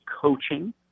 coaching